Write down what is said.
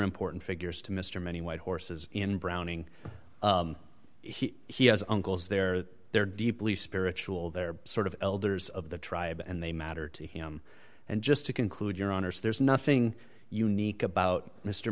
important figures to mr many white horses in browning he has uncles there they're deeply spiritual they're sort of elders of the tribe and they matter to him and just to conclude your honour's there's nothing unique about m